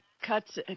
cuts